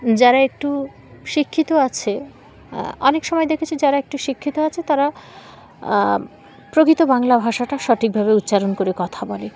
যারা একটু শিক্ষিত আছে অনেক সময় দেখেছি যারা একটু শিক্ষিত আছে তারা প্রকৃত বাংলা ভাষাটা সঠিকভাবে উচ্চারণ করে কথা বলে